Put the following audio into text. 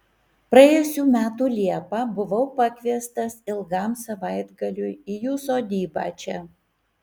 praėjusių metų liepą buvau pakviestas ilgam savaitgaliui į jų sodybą čia